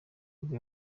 nibwo